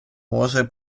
може